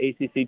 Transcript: ACC